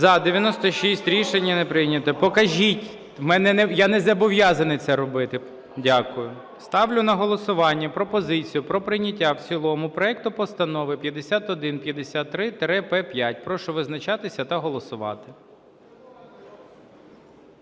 За-96 Рішення не прийнято. Покажіть. Я не зобов'язаний це робити. Дякую. Ставлю на голосування пропозицію про прийняття в цілому проекту Постанови 5153-П5. Прошу визначатися та голосувати.